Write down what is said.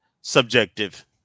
subjective